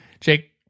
Jake